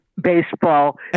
Baseball